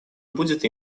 будет